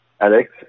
Alex